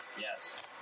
Yes